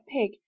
pig